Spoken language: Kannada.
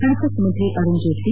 ಪಣಾಸು ಸಚಿವ ಅರುಣ್ ಜೇಟ್ಲ